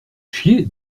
chier